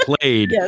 played